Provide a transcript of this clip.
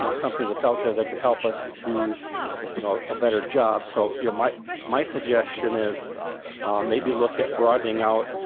you know something that's out there that could help us do a better job. so you know my my suggestion is maybe look at prodding out